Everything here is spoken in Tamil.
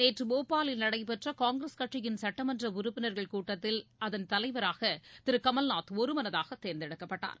நேற்று போபாலில் நடைபெற்ற காங்கிரஸ் கட்சியின் சட்டமன்ற உறுப்பினர்கள் கூட்டத்தில் அதன் தலைவராக திரு கமல்நாத் ஒருமனதாக தேர்ந்தெடுக்கப்பட்டார்